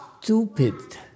stupid